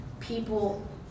people